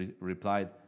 replied